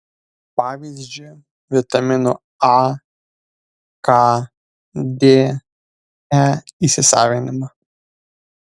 pavyzdžiui vitaminų a k d e įsisavinimą